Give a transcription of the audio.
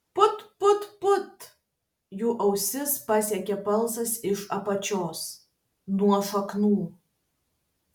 put put put jų ausis pasiekė balsas iš apačios nuo šaknų